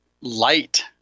light